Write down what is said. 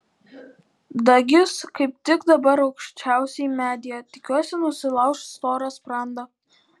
dagis kaip tik dabar aukščiausiai medyje tikiuosi nusilauš storą sprandą